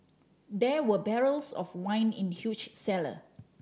there were barrels of wine in the huge cellar